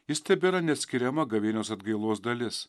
jis tebėra neatskiriama gavėnios atgailos dalis